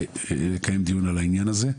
לקיים דיון על העניין הזה,